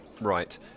Right